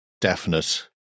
definite